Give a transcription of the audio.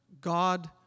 God